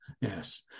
Yes